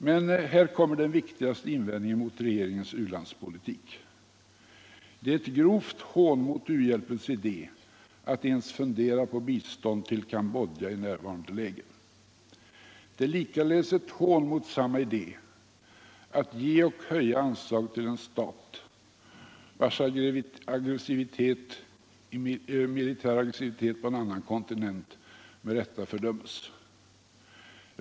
Men här kommer den viktigaste invändningen mot regeringens u-landspolitik. Det är ett grovt hån mot u-hjälpens idé att ens fundera på bistånd till Cambodja i nuvarande läge. Det är likaledes ett hån mot samma idé att ge och höja anslag till en stat, vars militära aggressivitet på en annan kontinent med rätta fördömes.